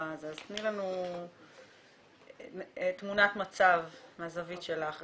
אז תני לנו תמונת מצב מהזווית שלך.